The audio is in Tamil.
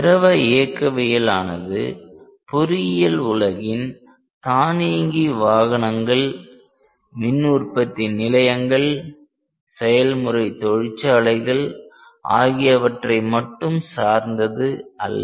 திரவ இயக்கவியல் ஆனது பொறியியல் உலகின் தானியங்கி வாகனங்கள் மின் உற்பத்தி நிலையங்கள் செயல்முறை தொழிற்சாலைகள் ஆகியவற்றை மட்டும் சார்ந்தது அல்ல